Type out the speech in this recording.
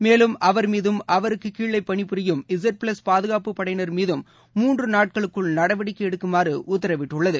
மேலும் அவர் மீதும் அவருக்குகீழேபணிபுரியும் இசுப்பிளஸ் பாதுகாப்புப் படையினர் மீதும் மூன்று நாட்களுக்குள் நடவடிக்கைஎடுக்குமாறுஉத்தரவிட்டுள்ளது